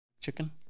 chicken